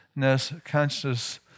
consciousness